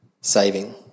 saving